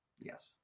Yes